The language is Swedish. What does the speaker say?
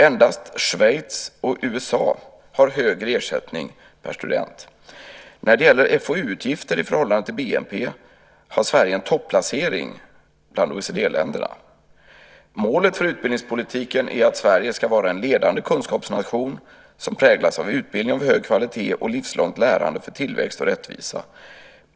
Endast Schweiz och USA har högre ersättning per student. När det gäller FoU-utgifter i förhållande till BNP har Sverige en topplacering bland OECD-länderna. Målet för utbildningspolitiken är att Sverige ska vara en ledande kunskapsnation, som präglas av utbildning av hög kvalitet och livslångt lärande för tillväxt och rättvisa.